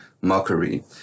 mockery